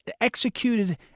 executed